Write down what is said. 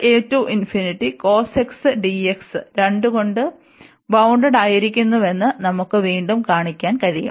2 കൊണ്ട് ബൌൺഡ്ടായിരിക്കുന്നുവെന്ന് നമുക്ക് വീണ്ടും കാണിക്കാൻ കഴിയും